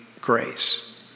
grace